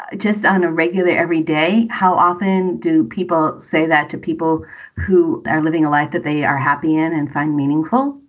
just on a regular every day. how often do people say that to people who are living a life that they are happy in and find meaningful?